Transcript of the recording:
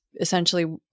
essentially